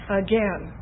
again